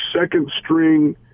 second-string